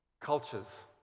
cultures